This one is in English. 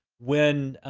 when,